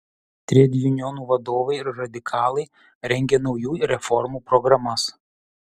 tredjunionų vadovai ir radikalai rengė naujų reformų programas